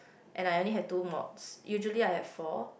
and I only have two mods usually I have four